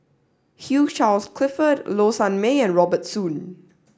Hugh Charles Clifford Low Sanmay and Robert Soon